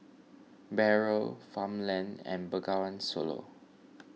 Barrel Farmland and Bengawan Solo